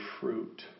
fruit